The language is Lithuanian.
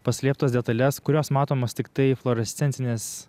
paslėptas detales kurios matomos tiktai fluorescencinės